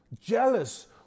jealous